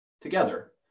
together